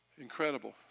Incredible